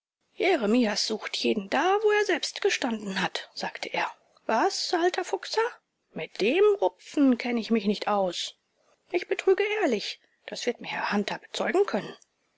jeremias sucht jeden da wo er selbst gestanden hat sagte er was alter fuchser mit dem rupfen kenn ich mich nicht aus ich betrüge ehrlich das wird mir herr hunter bezeugen können